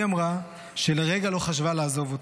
היא אמרה שלרגע לא חשבה לעזוב אותו.